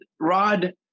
Rod